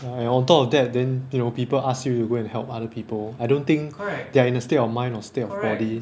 ya and on top of that then you know people ask you to go and help other people I don't think they're in the state of mind or state of body